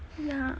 ya